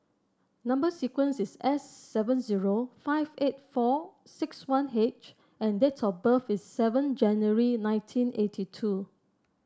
number sequence is S seven zero five eight four six one H and date of birth is seven January nineteen eighty two